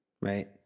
right